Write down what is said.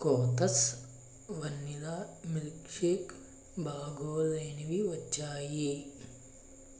కోతస్ వెన్నెల milkshake బాగోలేనివి వచ్చాయి